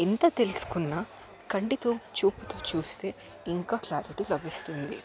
ఎంత తెలుసుకున్నా కంటితో చూపుతో చూస్తే ఇంకా క్లారిటీ లభిస్తుంది